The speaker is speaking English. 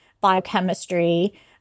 biochemistry